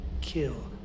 kill